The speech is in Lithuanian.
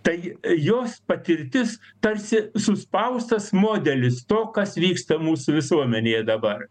tai jos patirtis tarsi suspaustas modelis to kas vyksta mūsų visuomenėje dabar